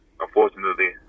Unfortunately